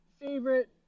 favorite